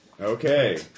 Okay